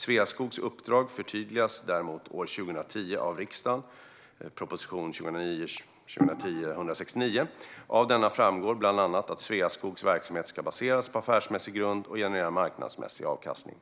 Sveaskogs uppdrag förtydligades däremot år 2010 av riksdagen, se proposition 2009/10:169. Av denna framgår bland annat att Sveaskogs verksamhet ska baseras på affärsmässig grund och generera marknadsmässig avkastning.